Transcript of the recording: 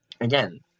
Again